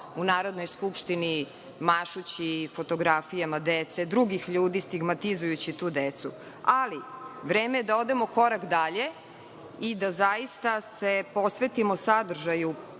u Narodnoj skupštini mašući fotografijama dece drugih ljudi stigmatizujući tu decu, ali vreme je da odemo korak dalje i da se zaista posvetimo pravom